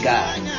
God